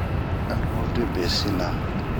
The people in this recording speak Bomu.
A maviru be sina.